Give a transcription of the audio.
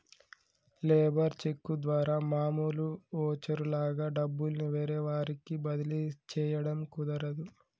labour cheque ద్వారా మామూలు voucher లాగా డబ్బుల్ని వేరే వారికి బదిలీ చేయడం కుదరదు